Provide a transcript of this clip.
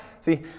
See